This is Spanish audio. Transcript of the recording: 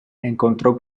encontró